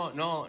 no